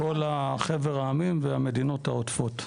כל חבר העמים והמדינות העוטפות.